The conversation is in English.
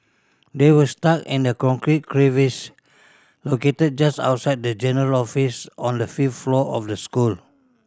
they were stuck in the concrete crevice located just outside the general office on the fifth floor of the school